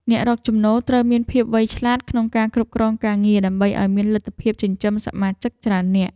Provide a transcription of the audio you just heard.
អ្នករកចំណូលត្រូវមានភាពវៃឆ្លាតក្នុងការគ្រប់គ្រងការងារដើម្បីឱ្យមានលទ្ធភាពចិញ្ចឹមសមាជិកច្រើននាក់។